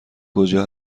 کجا